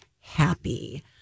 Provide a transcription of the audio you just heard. happy